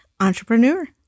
Entrepreneur